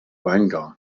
guangdong